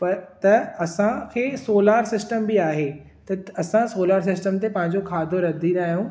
पर त असांखे सोलर सिस्टम बि आहे त असां सोलर सिस्टम ते पांहिंजो खाधो रधींदा आहियूं